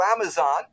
Amazon